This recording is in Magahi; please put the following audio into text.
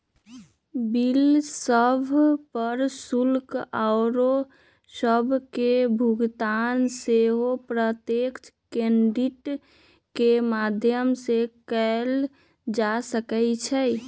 बिल सभ, कर, शुल्क आउरो सभके भुगतान सेहो प्रत्यक्ष क्रेडिट के माध्यम से कएल जा सकइ छै